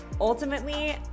Ultimately